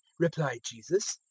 replied jesus,